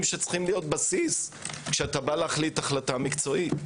שצריכים להיות בסיס כשאתה בא להחליט החלטה מקצועית.